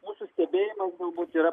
mūsų stebėjimas galbūt yra